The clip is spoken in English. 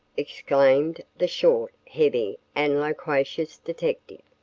exclaimed the short, heavy and loquacious detective,